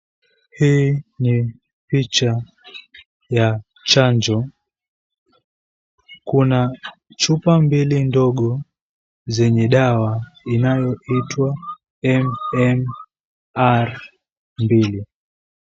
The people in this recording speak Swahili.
Hii ni picha ya chanjo. Kuna chupa mbili ndogo zenye dawa inayoitwa MMR Mbili.